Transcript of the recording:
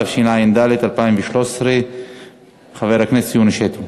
התשע"ד 2013. חבר הכנסת יוני שטבון.